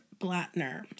Blattner